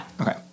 Okay